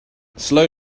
slow